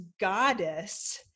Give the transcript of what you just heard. goddess